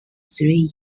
three